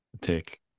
take